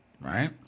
right